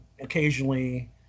occasionally